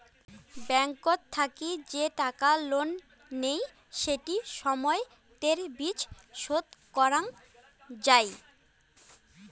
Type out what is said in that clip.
ব্যাংকত থাকি যে টাকা লোন নেই সেটি সময়তের বিচ শোধ করং যাই